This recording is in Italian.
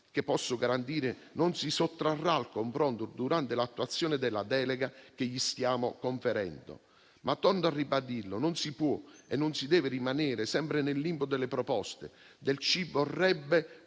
che posso garantire non si sottrarrà al confronto durante l'attuazione della delega che gli stiamo conferendo. Torno a ribadirlo: non si può e non si deve rimanere sempre nel limbo delle proposte, del "ci vorrebbe